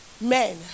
men